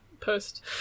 post